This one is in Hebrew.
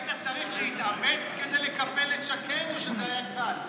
היית צריך להתאמץ כדי לקפל את שקד או שזה היה קל?